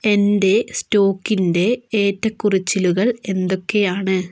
എന്റെ സ്റ്റോക്കിൻ്റെ ഏറ്റക്കുറച്ചിലുകൾ എന്തൊക്കെയാണ്